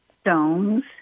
Stones